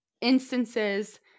instances